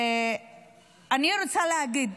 אני רוצה להגיד,